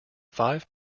five